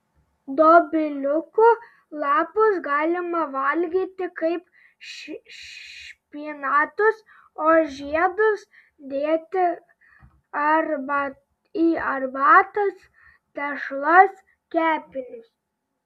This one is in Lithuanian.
dobiliukų lapus galima valgyti kaip špinatus o žiedus dėti į arbatas tešlas kepinius